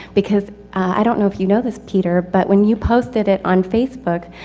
because i don't know if you know this, peter, but when you posted it on facebook,